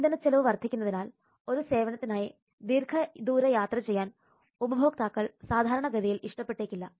ഇന്ധനച്ചെലവ് വർദ്ധിക്കുന്നതിനാൽ ഒരു സേവനത്തിനായി ദീർഘദൂര യാത്ര ചെയ്യാൻ ഉപഭോക്താക്കൾ സാധാരണഗതിയിൽ ഇഷ്ടപ്പെട്ടേക്കില്ല